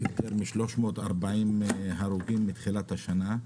של יותר מ-340 הרוגים מתחילת השנה.